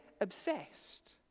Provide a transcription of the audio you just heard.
obsessed